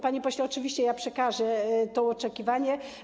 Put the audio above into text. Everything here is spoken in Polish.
Panie pośle, oczywiście przekażę to oczekiwanie.